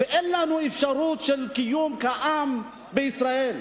אין לנו אפשרות של קיום כעם בישראל.